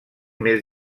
més